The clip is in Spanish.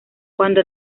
cuando